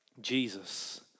Jesus